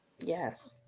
Yes